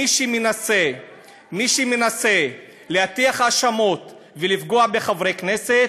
מי שמנסה להטיח האשמות ולפגוע בחברי כנסת,